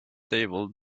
table